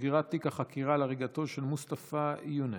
סגירת תיק החקירה על הריגתו של מוסטפא יונס.